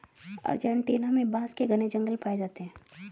Argentina में बांस के घने जंगल पाए जाते हैं